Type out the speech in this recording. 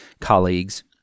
colleagues